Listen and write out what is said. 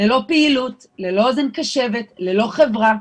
ללא פעילות, ללא אוזן קשבת, ללא חברה,